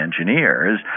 engineers